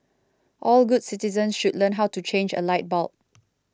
all good citizens should learn how to change a light bulb